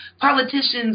Politicians